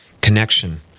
Connection